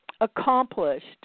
accomplished